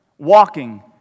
Walking